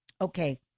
Okay